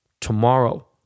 tomorrow